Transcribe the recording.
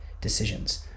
decisions